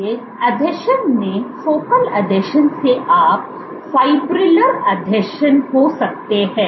इसलिए आसंजन में फोकल आसंजन से आप फिब्रिलर आसंजन हो सकते हैं